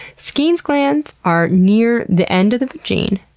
skene's glands are near the end of the vageen.